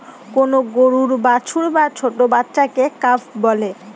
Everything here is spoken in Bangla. কোন গরুর বাছুর বা ছোট্ট বাচ্চাকে কাফ বলে